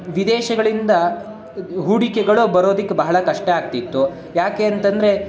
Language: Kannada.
ವಿದೇಶಗಳಿಂದ ಹೂಡಿಕೆಗಳು ಬರೋದಕ್ಕೆ ಬಹಳ ಕಷ್ಟ ಆಗ್ತಿತ್ತು ಯಾಕೆ ಅಂತಂದರೆ